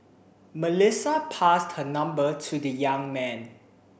Melissa passed her number to the young man